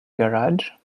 garage